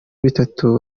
bitatu